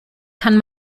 kann